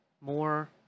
more